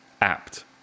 apt